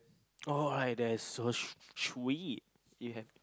oh I that is so sw~ sweet you have